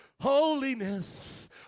Holiness